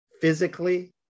physically